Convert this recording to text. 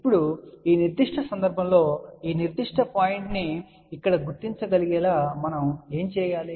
ఇప్పుడు ఈ నిర్దిష్ట సందర్భంలో ఈ నిర్దిష్ట పాయింటును ఇక్కడ గుర్తించగలిగేలా మనం ఏమి చేయగలం